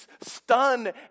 stunned